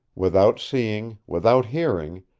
without seeing, without hearing,